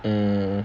mm